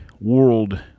world